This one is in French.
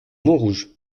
montrouge